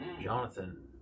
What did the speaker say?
Jonathan